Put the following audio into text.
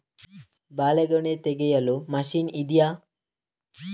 ಬಾಳೆಗೊನೆ ತೆಗೆಯಲು ಮಷೀನ್ ಇದೆಯಾ?